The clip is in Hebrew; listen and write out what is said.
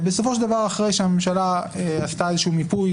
ובסופו של דבר אחרי שהממשלה עשתה איזשהו מיפוי